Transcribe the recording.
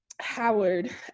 Howard